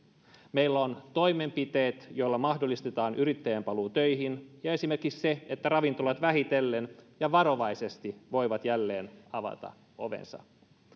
meillä on toimenpiteet joilla mahdollistetaan yrittäjien paluu töihin ja esimerkiksi se että ravintolat vähitellen ja varovaisesti voivat jälleen avata ovensa